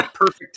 Perfect